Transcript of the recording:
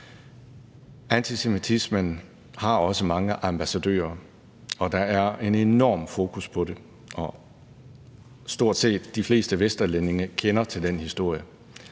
antisemitismen har også mange ambassadører. Der er en enorm fokus på det, og de fleste vesterlændinge kender til den historie.